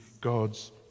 God's